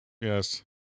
Yes